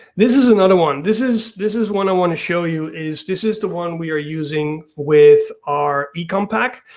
this is another one, this is this is one i want to show you, as this is the one we are using with our econ pack.